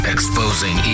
Exposing